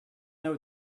know